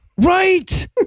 Right